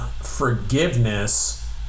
forgiveness